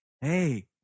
hey